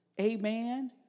Amen